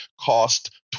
cost